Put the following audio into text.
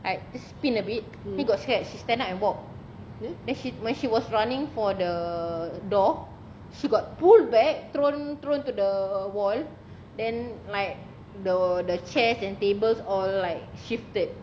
like spin a bit she got scared she stand up and walk then when she was running for the uh door she got pulled back thrown thrown to the wall then like the the chairs and tables all like shifted